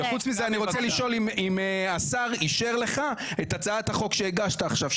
חוץ מזה אני רוצה לשאול אם השר אישר לך את הצעת החוק שהגשת עכשיו,